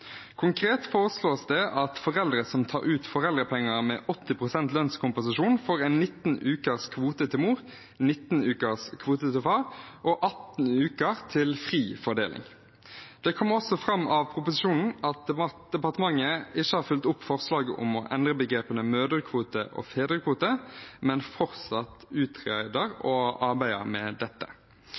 Konkret foreslås det at foreldre som tar ut foreldrepenger med 80 pst. lønnskompensasjon, får en 19-ukers kvote til mor, 19-ukers kvote til far og 18 uker til fri fordeling. Det kommer også fram av proposisjonen at departementet ikke har fulgt opp forslaget om å endre begrepene «mødrekvote» og «fedrekvote», men fortsatt utreder og arbeider med dette.